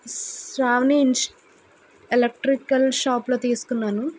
శ్రావణి ఇన్స్ electrical shop లో తీసుకున్నాను